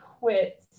quit